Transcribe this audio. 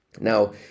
Now